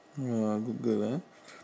!wah! good girl ah